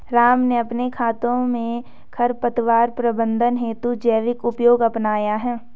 राम ने अपने खेतों में खरपतवार प्रबंधन हेतु जैविक उपाय अपनाया है